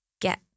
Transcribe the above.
get